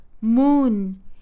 moon